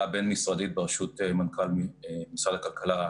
הבין-משרדית בראשות מנכ"ל משרד הכלכלה,